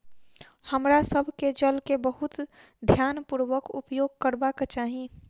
हमरा सभ के जल के बहुत ध्यानपूर्वक उपयोग करबाक चाही